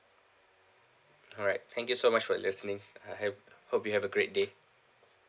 alright thank you so much for listening I have hope you have a great day